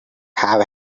have